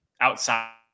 outside